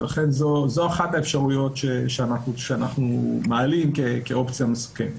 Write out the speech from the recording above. לכן זו אחת האפשרויות שאנחנו מעלים כאופציה מסוכנת.